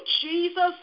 Jesus